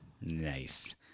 Nice